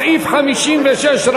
סעיף 56,